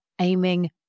aiming